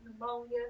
pneumonia